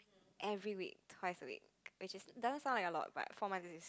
every week twice a week which is doesn't sound like a lot but four months